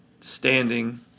standing